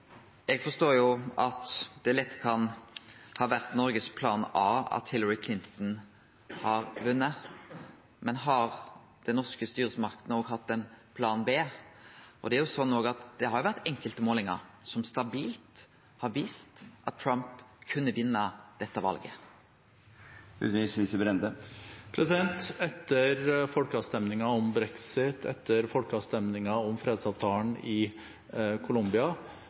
forstår jo at det lett kan ha vore Noregs plan A at Hillary Clinton skulle vinne, men har dei norske styresmaktene òg hatt ein plan B? Det har jo vore enkelte målingar som stabilt har vist at Trump kunne vinne dette valet. Etter folkeavstemningen om brexit og etter folkeavstemningen om fredsavtalen i Colombia